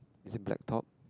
is it black top